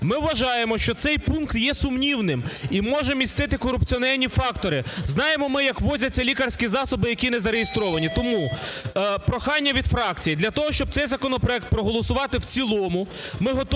Ми вважаємо, що цей пункт є сумнівним і може містити корупціогенні фактори. Знаємо ми, як ввозяться лікарські засоби, які незареєстровані. Тому прохання від фракції. Для того, щоб цей законопроект проголосувати в цілому, ми готові